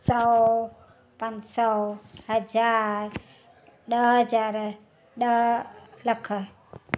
सौ पंज सौ हज़ार ॾह हज़ार ॾह लख